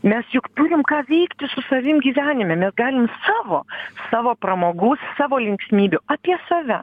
mes juk turim ką veikti su savim gyvenime mes galim savo savo pramogų savo linksmybių apie save